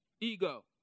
ego